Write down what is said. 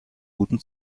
guten